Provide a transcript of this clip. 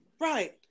right